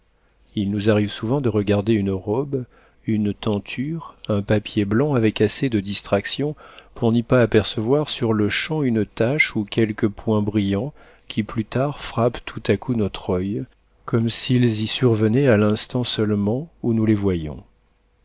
il nous arrive souvent de regarder une robe une tenture un papier blanc avec assez de distraction pour n'y pas apercevoir sur-le-champ une tache ou quelque point brillant qui plus tard frappent tout à coup notre oeil comme s'ils y survenaient à l'instant seulement où nous les voyons